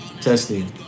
Testing